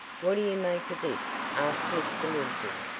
what do you make of this? asked mr. lindsey,